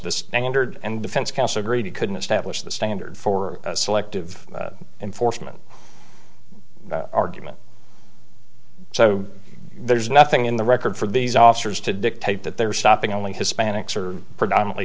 the standard and defense counsel agreed he couldn't establish the standard for selective enforcement argument so there's nothing in the record for these officers to dictate that they were stopping only hispanics or predominantly